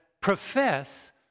profess